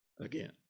again